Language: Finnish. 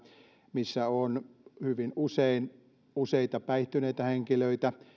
missä on hyvin usein useita päihtyneitä henkilöitä